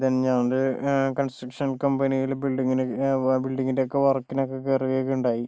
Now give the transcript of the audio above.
then ഞാനൊരു construction കമ്പനിയിൽ ബിൽഡിംഗിന് ബിൽഡിങ്ങിൻ്റെ ഒക്കെ വർക്കിന് ഒക്കെ കയറുകയും ഒക്കെ ഉണ്ടായി